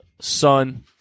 son